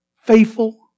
faithful